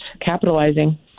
capitalizing